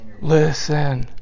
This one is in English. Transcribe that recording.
Listen